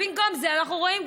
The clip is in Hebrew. במקום זה אנחנו רואים,